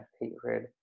hatred